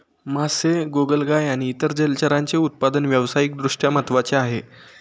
मासे, गोगलगाय आणि इतर जलचरांचे उत्पादन व्यावसायिक दृष्ट्या महत्त्वाचे आहे